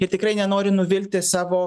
ir tikrai nenori nuvilti savo